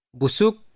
busuk